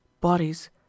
Bodies